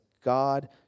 God